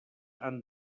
han